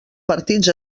partits